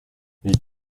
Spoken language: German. wie